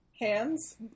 Hands